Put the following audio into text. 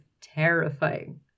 terrifying